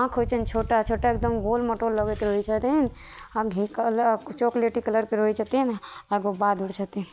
आँखि होइ छनि छोटा छोटा एकदम गोल मटोल लगैत रहै छथिन आ घे कलर चॉकलेटी कलर के रहै छथिन आ एगो बाद छथिन